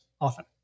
often